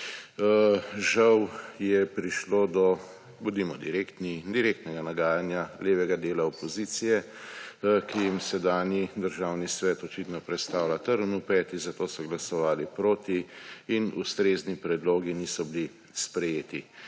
Žal je prišlo do, bodimo direktni, direktnega nagajanja levega dela opozicije, ki jim sedanji Državni svet očitno predstavlja trn v peti, zato so glasovali proti in ustrezni predlogi niso bili sprejeti.